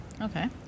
okay